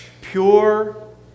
pure